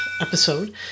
episode